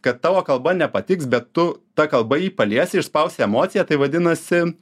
kad tavo kalba nepatiks bet tu ta kalba jį paliesi išspausi emociją tai vadinasi